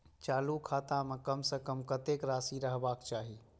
चालु खाता में कम से कम कतेक राशि रहबाक चाही?